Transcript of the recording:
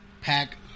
Pack